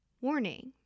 Warning